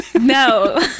No